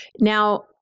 Now